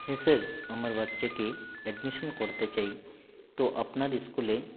হ্যাঁ স্যার আমার বাচ্চাকে অ্যাডমিশান করাতে চাই তো আপনার ইস্কুলে